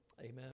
Amen